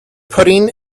pudding